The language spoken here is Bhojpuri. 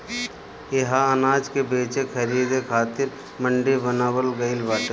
इहा अनाज के बेचे खरीदे खातिर मंडी बनावल गइल बाटे